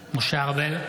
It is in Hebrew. ארבל,